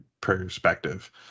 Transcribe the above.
perspective